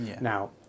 Now